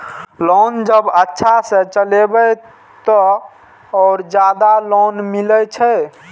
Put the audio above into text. Loan जब अच्छा से चलेबे तो और ज्यादा लोन मिले छै?